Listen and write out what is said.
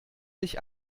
sich